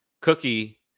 Cookie